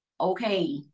okay